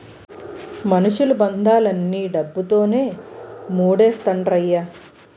మనుషులు బంధాలన్నీ డబ్బుతోనే మూడేత్తండ్రయ్య